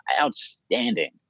outstanding